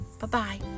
Bye-bye